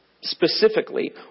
specifically